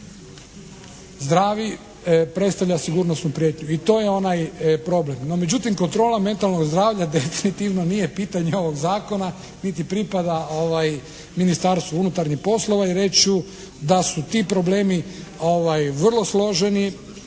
zdravi predstavlja sigurnosnu prijetnju. I to je onaj problem. No međutim kontrola mentalnog zdravlja definitivno nije pitanje ovog zakona niti pripada Ministarstvu unutarnjih poslova. I reći ću da su ti problemi vrlo složeni